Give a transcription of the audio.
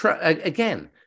again